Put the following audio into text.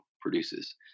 produces